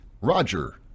Roger